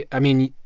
i mean,